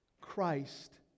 Christ